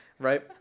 right